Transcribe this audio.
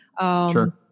Sure